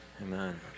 Amen